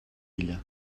ella